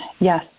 Yes